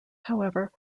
however